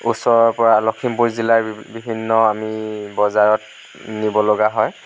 ওচৰৰ পৰা লখিমপুৰ জিলাৰ বিভি বিভিন্ন আমি বজাৰত নিব লগা হয়